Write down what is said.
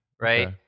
right